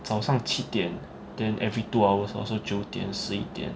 早上七点 then every two hours lor so 九点十一点